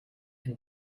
and